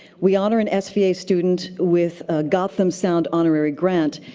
we honor an sva student with a gotham sound honorary grant,